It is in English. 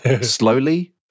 Slowly